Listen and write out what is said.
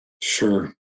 Sure